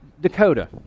Dakota